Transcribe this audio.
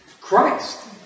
Christ